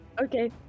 Okay